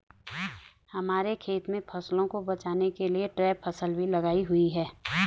हमारे खेत में फसलों को बचाने के लिए ट्रैप फसल भी लगाई हुई है